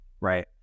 Right